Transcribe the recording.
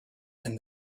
and